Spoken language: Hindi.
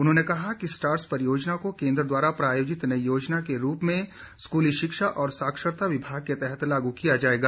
उन्होंने कहा कि स्टार्स परियोजना को केन्द्र द्वारा प्रायोजित नई योजना के रूप में स्कूली शिक्षा और साक्षरता विभाग के तहत लागू किया जायेगा